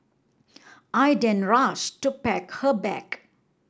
I then rush to pack her bag